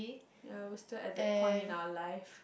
yea wasted at that point in our life